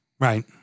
Right